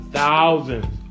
thousands